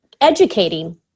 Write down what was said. educating